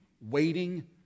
waiting